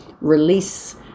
release